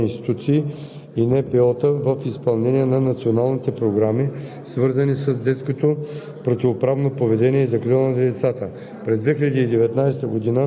Активна е превантивната дейност по отношение на младежката и детската престъпност, като Министерството на вътрешните работи участва съвместно с други държавни институции